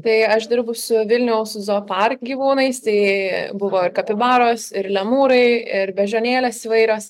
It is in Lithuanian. tai aš dirbu su vilniaus zoopark gyvūnais tai buvo ir kapibaros ir lemūrai ir beždžionėlės įvairios